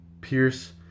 Pierce